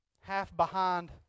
half-behind